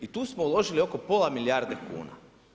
I tu smo uložili oko pola milijarde kuna.